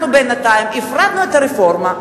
אנחנו בינתיים הפרדנו את הרפורמה,